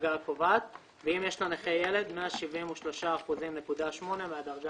מהדרגה הקובעת, ואם יש לנכה ילד, 173.8% מהדרגה